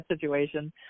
situation